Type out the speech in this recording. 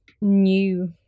new